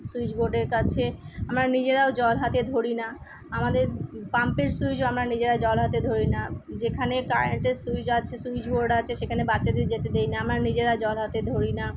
সুইচবোর্ডের কাছে আমার নিজেরাও জল হাতে ধরি না আমাদের পাম্পের সুইচও আমরা নিজেরা জল হাতে ধরি না যেখানে কারেন্টের সুইচ আছে সুইচবোর্ড আছে সেখানে বাচ্চাদের যেতে দেই না আমরা নিজেরা জল হাতে ধরি না